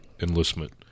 enlistment